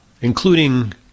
including